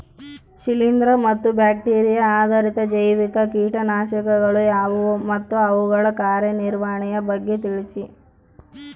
ಶಿಲೇಂದ್ರ ಮತ್ತು ಬ್ಯಾಕ್ಟಿರಿಯಾ ಆಧಾರಿತ ಜೈವಿಕ ಕೇಟನಾಶಕಗಳು ಯಾವುವು ಮತ್ತು ಅವುಗಳ ಕಾರ್ಯನಿರ್ವಹಣೆಯ ಬಗ್ಗೆ ತಿಳಿಸಿ?